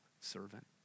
servant